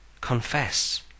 confess